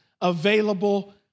available